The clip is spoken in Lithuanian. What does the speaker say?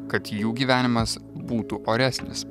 kad jų gyvenimas būtų oresnis